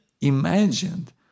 imagined